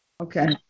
Okay